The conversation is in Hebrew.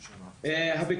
בנוסף,